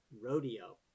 Rodeo